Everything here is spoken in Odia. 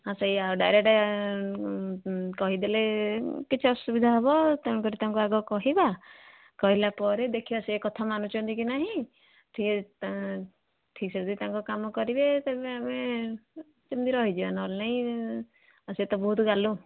ହଁ ସେଇ ଆଉ ଡାଇରେକ୍ଟ କହିଦେଲେ କିଛି ଅସୁବିଧା ହବ ତେଣୁ କରି ତାଙ୍କୁ ଆଗ କହିବା କହିଲା ପରେ ଦେଖିବା ସେ କଥା ମାନୁଛନ୍ତି କି ନାହିଁ ଠିକ୍ ସେ ଯଦି ତାଙ୍କ କାମ କରିବେ ତେବେ ଆମେ ସେମିତି ରହିଯିବ ନ ହେଲେ ନାହିଁ ଆଉ ସେ ତ ବହୁତ ଗାଲୁ